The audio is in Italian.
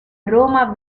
roma